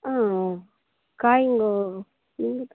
ஆ காய்ங்க வந்து